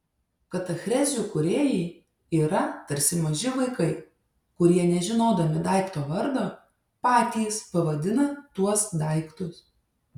katachrezių kūrėjai yra tarsi maži vaikai kurie nežinodami daikto vardo patys pavadina tuos daiktus